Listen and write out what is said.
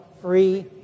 free